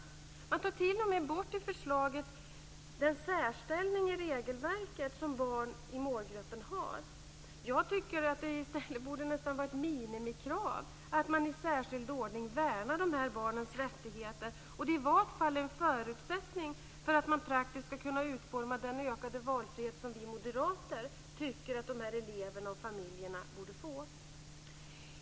I förslaget tar man t.o.m. bort den särställning i regelverket som barn i målgruppen har. Jag tycker att det i stället nästan borde vara ett minimikrav att i särskild ordning värna de här barnens rättigheter. Det är i varje fall en förutsättning för att man praktiskt ska kunna utforma den ökade valfrihet som vi moderater tycker att de här eleverna och familjerna borde få.